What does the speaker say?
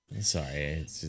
Sorry